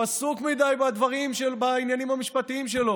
הוא עסוק מדי בעניינים המשפטיים שלו,